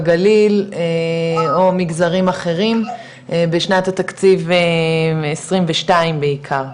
הגליל, או מגזרים אחרים בשנת התקציב 22 בעיקר,